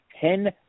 Ten